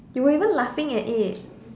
you were even laughing at it